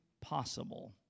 possible